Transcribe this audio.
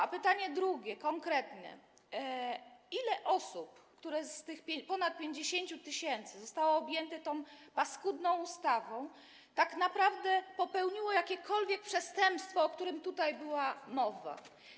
A pytanie drugie, konkretne: Ile osób z tych ponad 50 tys., które zostały objęte tą paskudną ustawą, tak naprawdę popełniło jakiekolwiek przestępstwo, o którym tutaj była mowa?